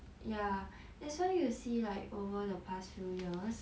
ya that's why you will see like over the past few years